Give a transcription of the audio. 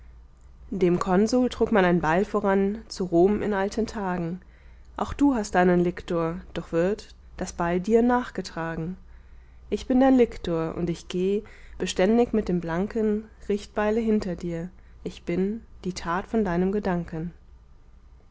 dem konsul trug man ein beil voran zu rom in alten tagen auch du hast deinen liktor doch wird das beil dir nachgetragen ich bin dein liktor und ich geh beständig mit dem blanken richtbeile hinter dir ich bin die tat von deinem gedanken